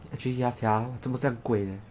actually ya sia 做么这样贵 leh